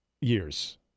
Years